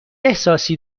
احساسی